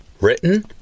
Written